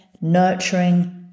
nurturing